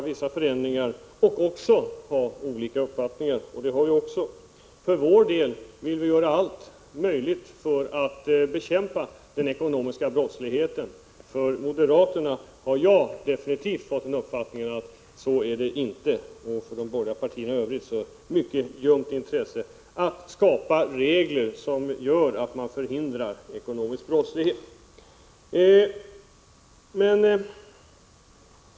Även om detta kan man ha olika uppfattningar, och det har vi också. För vår del vill vi göra allt som är möjligt för att bekämpa den ekonomiska brottsligheten. Jag har definitivt fått den uppfattningen att det inte är på det sättet för moderaterna. Vad gäller de borgerliga partierna i övrigt är intresset mycket ljumt för att skapa regler som gör att ekonomisk brottslighet förhindras.